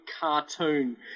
cartoon